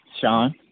Sean